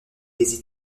des